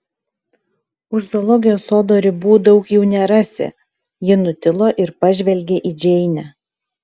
už zoologijos sodo ribų daug jų nerasi ji nutilo ir pažvelgė į džeinę